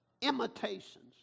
imitations